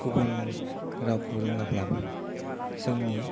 गुबुन रावखौ रोङाब्लाबो जोंनि